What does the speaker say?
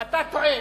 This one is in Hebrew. אתה טועה.